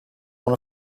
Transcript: one